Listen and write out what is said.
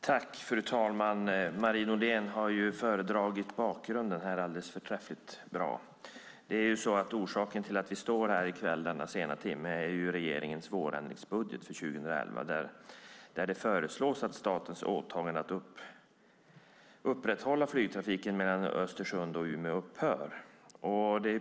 Fru talman! Marie Nordén har föredragit bakgrunden alldeles förträffligt bra. Orsaken till att vi står här i kväll i denna sena timme är regeringens vårändringsbudget för 2011, där det föreslås att statens åtagande att upprätthålla flygtrafiken mellan Östersund och Umeå upphör.